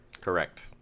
Correct